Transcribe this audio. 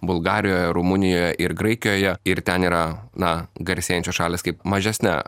bulgarijoje rumunijoje ir graikijoje ir ten yra na garsėjančios šalys kaip mažesne